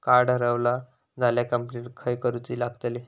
Card हरवला झाल्या complaint खय करूची लागतली?